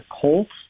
Colts